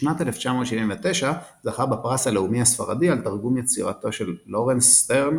בשנת 1979 זכה בפרס הלאומי הספרדי על תרגום יצירתו של לורנס סטרן